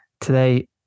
Today